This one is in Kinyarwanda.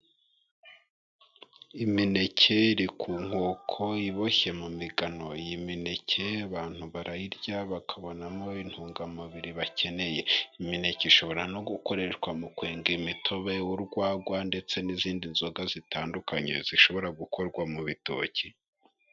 Imineke iri ku nkoko iboshye mu migano, iyi imineke abantu barayirya bakabonamo intungamubiri bakeneye. Imineke ishobora no gukoreshwa mu kwenga imitobe urwagwa ndetse n'izindi nzoga zitandukanye, zishobora gukorwa mu bitoki.